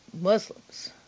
Muslims